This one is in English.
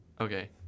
okay